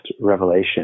revelation